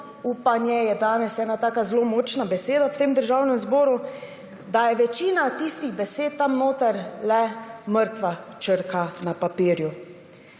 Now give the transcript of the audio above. upanje je danes ena taka zelo močna beseda v tem državnem zboru, da je večina tistih besed tam notri le mrtva črka na papirju.